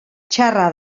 txarra